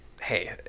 hey